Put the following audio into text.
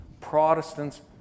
Protestants